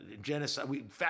genocide